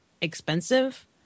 expensive